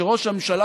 שראש הממשלה,